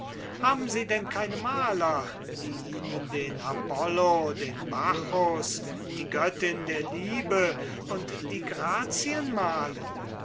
haben sie denn keine maler die ihnen den apollo den bacchus die göttin der liebe und die grazien malen